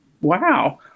Wow